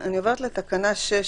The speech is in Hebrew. אני עוברת לתקנה 6,